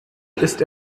ist